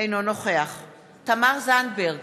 אינו נוכח תמר זנדברג,